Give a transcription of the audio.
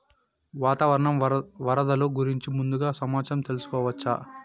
వాతావరణం వరదలు గురించి ముందుగా సమాచారం తెలుసుకోవచ్చా?